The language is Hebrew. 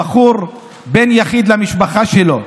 הבחור הוא בן יחיד למשפחה שלו,